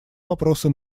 вопросы